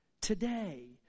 today